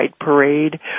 Parade